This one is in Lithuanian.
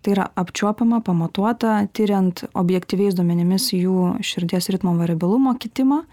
tai yra apčiuopiama pamatuota tiriant objektyviais duomenimis jų širdies ritmo variabilumo kitimą